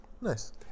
nice